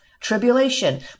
tribulation